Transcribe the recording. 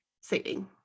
saving